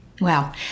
Wow